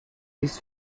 this